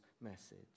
message